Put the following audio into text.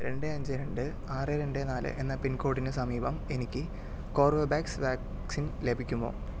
രണ്ട് അഞ്ച് രണ്ട് ആറ് രണ്ട് നാല് എന്ന പിൻകോഡിന് സമീപം എനിക്ക് കോർബോ വാക്സ് വാക്സിൻ ലഭിക്കുമോ